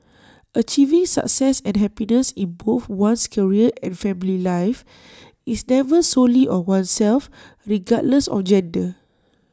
achieving success and happiness in both one's career and family life is never solely on oneself regardless of gender